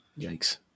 Yikes